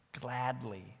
gladly